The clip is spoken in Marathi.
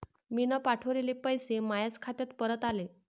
मीन पावठवलेले पैसे मायाच खात्यात परत आले